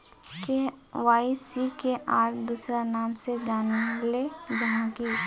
KYC के आर दोसरा नाम से जानले जाहा है की?